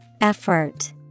Effort